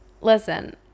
listen